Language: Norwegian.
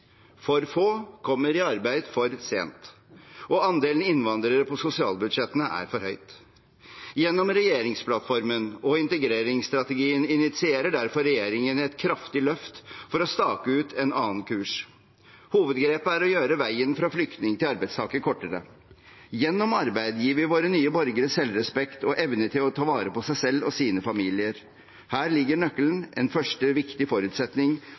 For få kommer i arbeid – og for sent, og andelen innvandrere på sosialbudsjettene er for høy. Gjennom regjeringsplattformen og integreringsstrategien initierer derfor regjeringen et kraftig løft for å stake ut en annen kurs. Hovedgrepet er å gjøre veien fra flyktning til arbeidstaker kortere. Gjennom arbeid gir vi våre nye borgere selvrespekt og evne til å ta vare på seg selv og sine familier. Her ligger nøkkelen – en første viktig forutsetning